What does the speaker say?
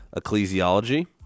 ecclesiology